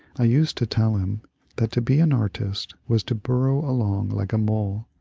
i used to tell him that to be an artist was to burrow along like a mole,